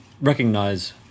recognize